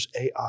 AI